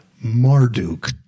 Marduk